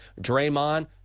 Draymond